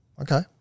okay